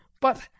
But